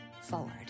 forward